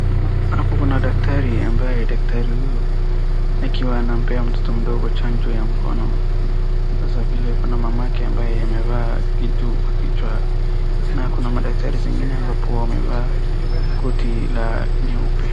Hapa kuna daktari ambaye daktari huyu akiwa anampea mtoto mdogo chanjo ya mkono. Sasa vile kuna mamake ambaye amevaa kitu kwa kichwa, na kuna madaktari zingine ambapo wamevaa koti la nyeupe.